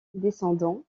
descendant